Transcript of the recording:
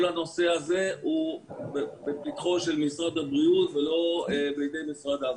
כל הנושא הזה הוא בפתחו של משרד הבריאות ולא בידי משרד העבודה.